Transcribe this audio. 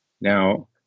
Now